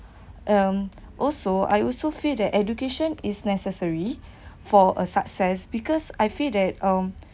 um also I also feel that education is necessary for a success because I feel that um